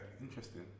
interesting